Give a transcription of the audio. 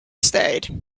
stayed